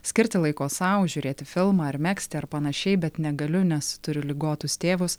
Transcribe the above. skirti laiko sau žiūrėti filmą ar megzti ar panašiai bet negaliu nes turiu ligotus tėvus